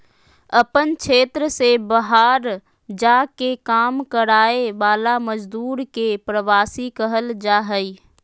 अपन क्षेत्र से बहार जा के काम कराय वाला मजदुर के प्रवासी कहल जा हइ